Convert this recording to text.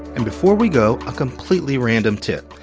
and before we go a completely random tip,